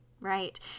Right